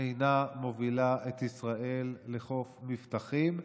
אינה מובילה את ישראל לחוף מבטחים.